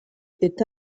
est